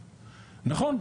נכון.